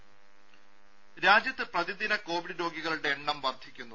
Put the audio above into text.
രുമ രാജ്യത്ത് പ്രതിദിന കോവിഡ് രോഗികളുടെ എണ്ണം വർദ്ധിക്കുന്നു